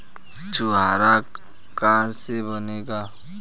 छुआरा का से बनेगा?